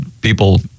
people